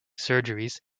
surgeries